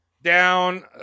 down